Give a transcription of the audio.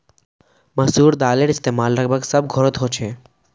मसूर दालेर इस्तेमाल लगभग सब घोरोत होछे